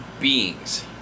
beings